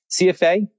CFA